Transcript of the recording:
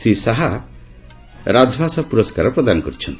ଶ୍ରୀ ଶାହା ରାଜଭାଷା ପୁରସ୍କାର ପ୍ରଦାନ କରିଛନ୍ତି